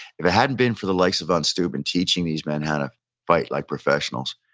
if hadn't been for the likes of von steuben teaching these men how to fight like professionals,